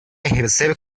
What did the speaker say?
ejercer